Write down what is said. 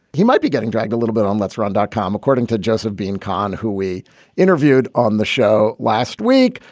he might be getting dragged a little bit on. let's run. com. according to joseph being khan, who we interviewed on the show last week,